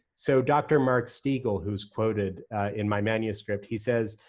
so dr. mark stegall, who's quoted in my manuscript, he says,